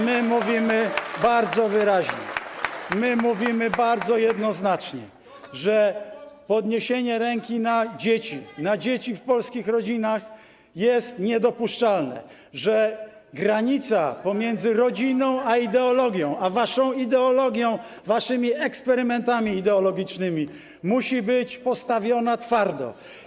Mówimy bardzo wyraźnie, mówimy bardzo jednoznacznie, że podniesienie ręki na dzieci, na dzieci w polskich rodzinach jest niedopuszczalne, że granica pomiędzy rodziną a ideologią, waszą ideologią, waszymi eksperymentami ideologicznymi, musi być postawiona twardo.